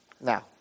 Now